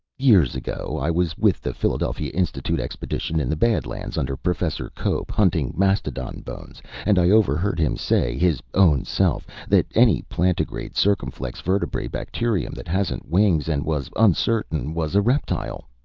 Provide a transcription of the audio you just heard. years ago. i was with the philadelphia institute expedition in the bad lands under professor cope, hunting mastodon bones, and i overheard him say, his own self, that any plantigrade circumflex vertebrate bacterium that hadn't wings and was uncertain was a reptile.